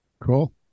Cool